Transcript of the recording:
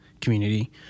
community